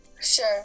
Sure